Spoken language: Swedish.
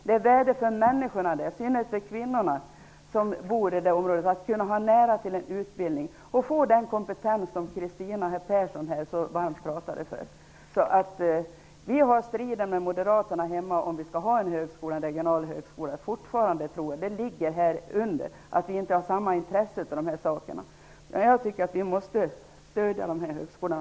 Det är värdefullt för människorna där, i synnerhet för de kvinnor som bor i området, att ha nära till en utbildning och att kunna få den kompetens som Kristina Persson så varmt talade om. Vi har fortfarande en strid med moderaterna hemma om vi skall ha en regional högskola. Vi måste på alla sätt stödja dessa högskolor.